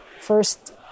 First